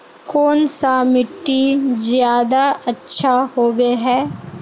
कौन सा मिट्टी ज्यादा अच्छा होबे है?